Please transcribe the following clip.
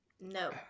No